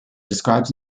describes